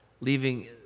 leaving